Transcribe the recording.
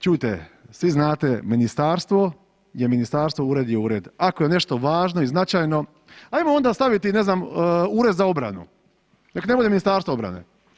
Čujte, svi znate, ministarstvo je ministarstvo, ured je ured, ako je nešto važno i značajno, hajmo onda staviti, ne znam, Ured za obranu, nek ne bude Ministarstvo obrane.